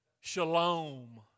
Shalom